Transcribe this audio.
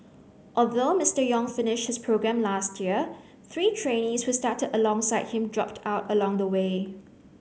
although Mister Yong finished his programme last year three trainees who started alongside him dropped out along the way